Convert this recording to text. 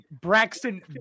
Braxton